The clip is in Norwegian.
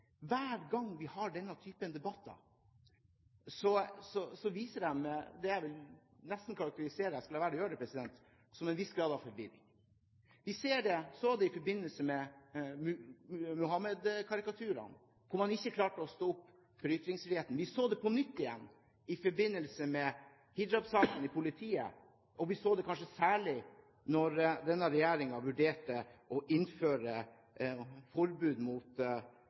jeg skal la være å gjøre det – en viss grad av forvirring. Vi så det i forbindelse med Muhammed-karikaturene, hvor man ikke klarte å stå opp for ytringsfriheten. Vi så det på nytt i forbindelse med hijabsaken i politiet, og vi så det kanskje særlig da denne regjeringen vurderte å innføre forbud mot